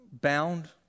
bound